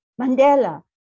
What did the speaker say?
Mandela